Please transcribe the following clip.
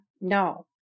No